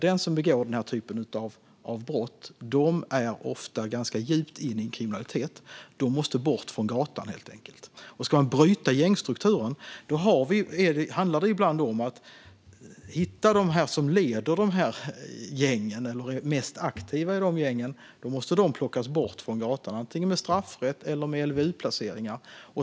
De som begår den typen av brott är ofta ganska djupt inne i kriminalitet, och de måste helt enkelt bort från gatan. För att bryta gängstrukturen handlar det ibland om att hitta ledarna av gängen, de mest aktiva. De måste plockas bort från gatan, antingen med hjälp av straffrätt eller med LVU-placeringar.